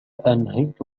أنهيت